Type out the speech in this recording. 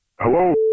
Hello